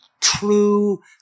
true